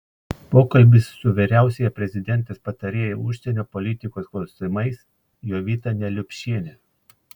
pokalbis su vyriausiąja prezidentės patarėja užsienio politikos klausimais jovita neliupšiene